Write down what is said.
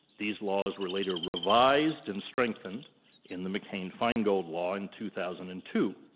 these laws were later revised and strengthened in the mccain-feingold law in two thousand and two.